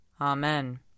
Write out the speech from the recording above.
Amen